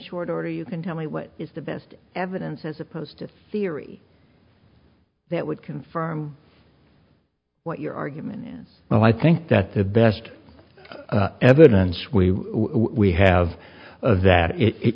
short order you can tell me what is the best evidence as opposed to a theory that would confirm what your argument well i think that the best evidence we we have of that it